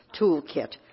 toolkit